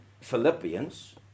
Philippians